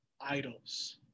idols